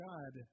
God